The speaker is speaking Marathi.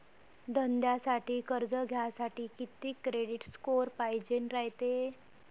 धंद्यासाठी कर्ज घ्यासाठी कितीक क्रेडिट स्कोर पायजेन रायते?